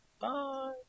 Bye